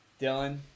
Dylan